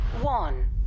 one